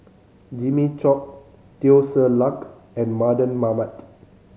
Jimmy Chok Teo Ser Luck and Mardan Mamat